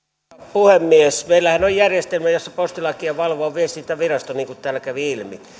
puhemies meillähän on järjestelmä jossa postilakia valvoo viestintävirasto niin kuin täällä kävi ilmi